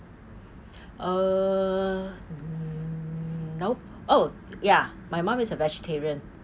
uh nope oh ya my mum is a vegetarian